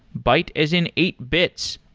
byte as in eight bytes.